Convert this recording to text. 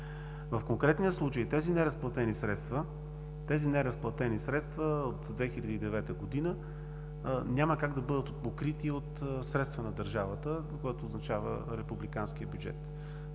В конкретния случай тези неразплатени средства от 2009 г. няма как да бъдат покрити от средства на държавата, което означава републиканския бюджет,